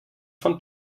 von